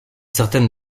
certaines